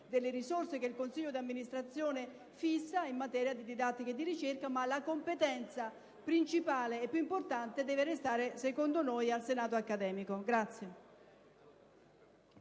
delle risorse che il consiglio di amministrazione fissa in materia di didattica e di ricerca. La competenza principale e più importante deve però restare, secondo noi, al senato accademico.